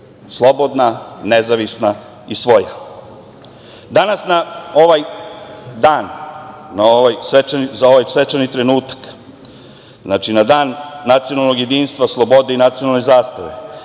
slobodna, nezavisna i svoja. Danas na ovaj dan, za ovaj svečani trenutak, znači na Dan nacionalnog jedinstva slobode i nacionalne zastave